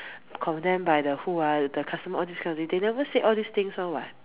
condemn by the who ah the customers all these kind of things they never say all this things [one] [what]